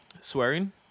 swearing